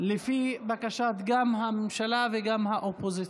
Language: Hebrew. לפי בקשת הממשלה וגם האופוזיציה.